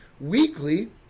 weekly